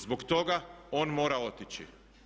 Zbog toga on mora otići.